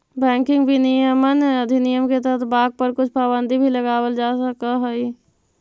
banking विनियमन अधिनियम के तहत बाँक पर कुछ पाबंदी भी लगावल जा सकऽ हइ